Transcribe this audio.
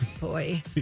Boy